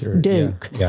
Duke